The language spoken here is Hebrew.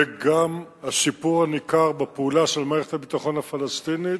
וגם השיפור הניכר בפעולה של מערכת הביטחון הפלסטינית,